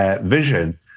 vision